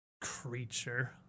Creature